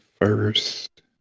first